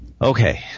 Okay